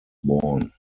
born